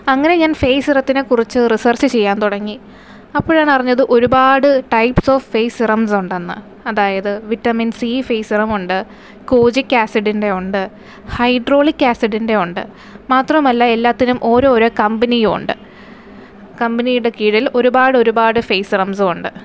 അങ്ങനെ ഞാൻ ഫേയ്സ് സിറത്തിനെക്കുറിച്ച് റിസർച്ച് ചെയ്യാൻ തുടങ്ങി അപ്പോഴാണ് അറിഞ്ഞത് ഒരുപാട് ടൈപ്പ്സ് ഓഫ് ഫേയ്സ് സിറംസ് ഉണ്ടെന്ന് അതായത് വിറ്റാമിൻ സി ഫേയ്സ് സിറം ഉണ്ട് കോജിക്ക് ആസിഡിൻ്റെ ഉണ്ട് ഹൈഡ്രോളിക്ക് ആസിഡിൻ്റെ ഉണ്ട് മാത്രവുമല്ല എല്ലാത്തിനും ഓരോരോ കമ്പനിയും ഉണ്ട് കമ്പനിയുടെ കീഴിൽ ഒരുപാട് ഒരുപാട് ഫേയ്സ് സിറംസ് ഉണ്ട്